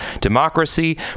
democracy